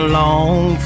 long